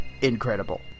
incredible